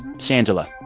shangela.